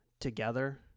together